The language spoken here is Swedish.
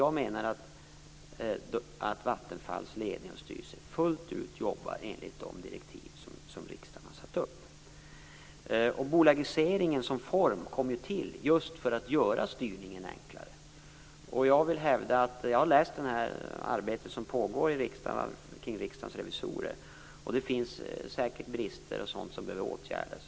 Jag menar alltså att Vattenfalls ledning och styrelse fullt ut jobbar enligt de direktiv som riksdagen har satt upp. Bolagiseringen som form kom ju till just för att göra styrningen enklare. Jag har tagit del av det arbete som utförs av Riksdagens revisorer, och det finns säkert brister och sådant som behöver åtgärdas.